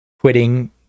quitting